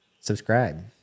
Subscribe